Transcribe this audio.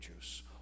juice